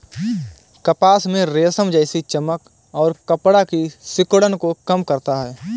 कपास में रेशम जैसी चमक और कपड़ा की सिकुड़न को कम करता है